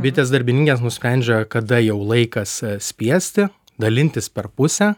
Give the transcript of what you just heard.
bitės darbininkės nusprendžia kada jau laikas spiesti dalintis per pusę